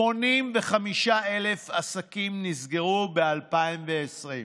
85,000 עסקים נסגרו ב-2020.